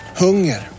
hunger